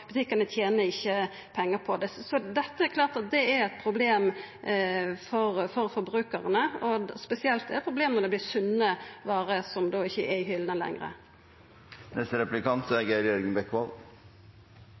butikkane ikkje tener pengar på dei. Så det er klart at det er eit problem for forbrukarane, spesielt når det er sunne varer som ikkje er i hyllene lenger. En ting som det ofte blir en diskusjon rundt, er